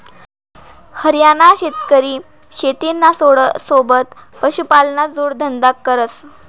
हरियाणाना शेतकरी शेतीना सोबत पशुपालनना जोडधंदा करस